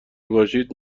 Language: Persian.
باشید